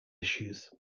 issues